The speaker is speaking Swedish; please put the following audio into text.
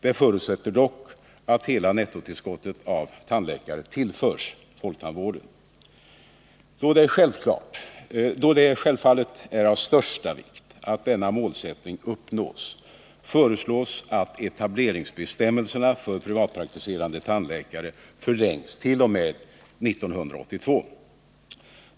Det förutsätter dock att hela nettotillskottet av tandläkare tillförs folktandvården. Då det självfallet är av största vikt att denna målsättning uppnås, föreslås att etableringsbestämmelserna för privatpraktiserande tandläkare förlängs t.o.m. 1982.